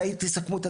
מתי תסכמו?